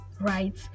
Right